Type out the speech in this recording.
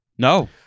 No